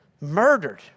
Murdered